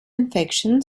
infection